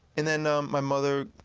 and then my mother